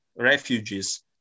refugees